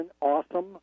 awesome